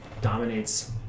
dominates